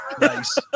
Nice